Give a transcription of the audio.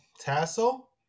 tassel